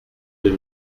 deux